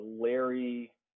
Larry